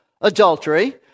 adultery